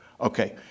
Okay